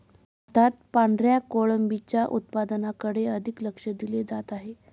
भारतात पांढऱ्या कोळंबीच्या उत्पादनाकडे अधिक लक्ष दिले जात आहे